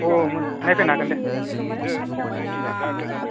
औ नायफैनो हागोन दे दे